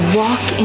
walk